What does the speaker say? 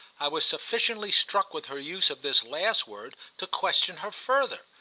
i was sufficiently struck with her use of this last word to question her further.